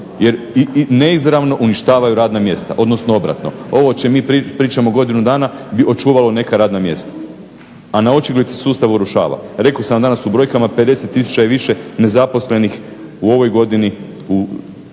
jer neizravno uništavaju radna mjesta, odnosno obrnuto. Ovo o čemu mi pričamo godinu dana bi očuvalo neka radna mjesta. A na očigled ih sustav urušava. Rekao sam vam danas u brojkama 50 tisuća i više nezaposlenih u ovoj godini